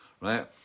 right